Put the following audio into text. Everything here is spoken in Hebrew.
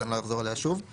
לכן אני לא אחזור עליה שוב.